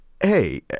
hey